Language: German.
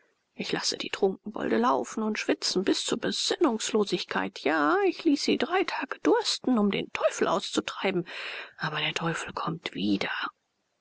ich lasse die trunkenbolde laufen und schwitzen bis zur besinnungslosigkeit ja ich ließ sie drei tage dursten um den teufel auszutreiben aber der teufel kommt wieder